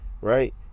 Right